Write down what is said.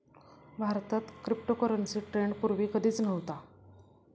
भारतात क्रिप्टोकरन्सीचा ट्रेंड पूर्वी कधीच नव्हता